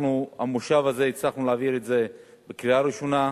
אנחנו במושב הזה הצלחנו להעביר את זה בקריאה ראשונה,